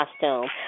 costume